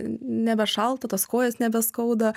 nebe šalta tos kojos nebeskauda